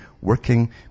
working